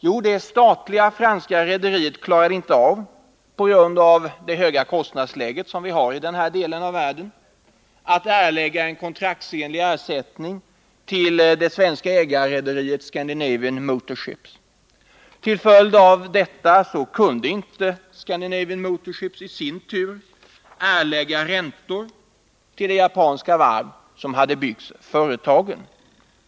Jo, det statliga franska rederiet klarade inte av, på grund av det höga kostnadsläge som vi har i den här delen av världen, att erlägga kontraktsenlig ersättning till det svenska ägarrederiet Scandinavian Motorships. Till följd av detta kunde Scandinavian Motorships i sin tur inte erlägga räntor till det japanska varv som byggt fartygen.